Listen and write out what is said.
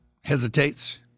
hesitates